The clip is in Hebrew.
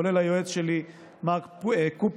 כולל היועץ שלי מרק קופצ'יק,